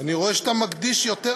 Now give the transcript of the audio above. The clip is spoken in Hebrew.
אני רואה שאתה מקדיש יותר